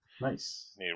Nice